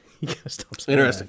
Interesting